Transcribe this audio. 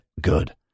Good